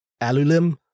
Alulim